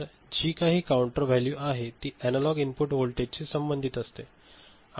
तर जी काही काउंटर व्हॅल्यू आहे ती एनालॉग इनपुट व्होल्टेजशी संबंधित असते